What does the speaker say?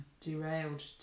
derailed